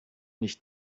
nicht